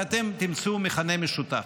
ואתם תמצאו מכנה משותף.